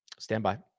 Standby